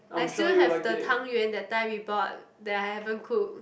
I still have the Tang-Yuan that time we bought that I haven't cooked